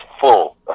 full